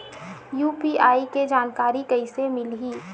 UPI के जानकारी कइसे मिलही?